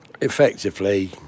effectively